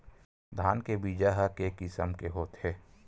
धान के बीजा ह के किसम के होथे?